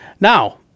Now